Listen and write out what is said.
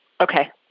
Okay